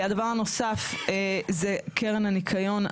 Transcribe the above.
הדבר הנוסף זה קרן הניקיון.